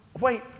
wait